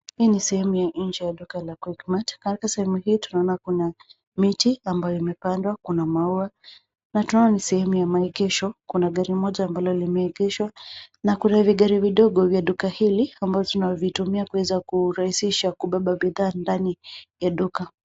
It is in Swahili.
Hii ni sehemu ya nje ya duka la Quickmart katika sehemu hii tunaona kuna miti ambayo imepandwa, kuna maua na tunaona ni sehemu ya maegesho, kuna gari moja ambalo limeegeshwa na kuna vigari vidogo vya duka hili ambazo tunavitumia kuweza kurahisisha kubeba bidhaa ndani ya duka.